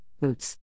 Boots